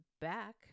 back